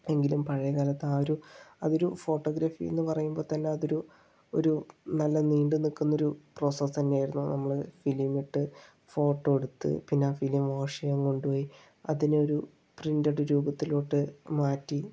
എങ്കിലും പഴയകാലത്ത് ആ ഒരു ആ ഒരു ഫോട്ടോഗ്രാഫി എന്ന് പറയുമ്പോൾ തന്നെ അത് ഒരു ഒരു നല്ല നീണ്ടുനിക്കുന്ന ഒരു പ്രോസസ്സ് തന്നെയായിരുന്നു നമ്മൾ ഫിലിം ഇട്ട് ഫോട്ടോയെടുത്ത് പിന്നെ ആ ഫിലിം വാഷ് ചെയ്യാൻ കൊണ്ടുപോയി അതിനൊരു പ്രിന്റഡ് രൂപത്തിലോട്ട് മാറ്റി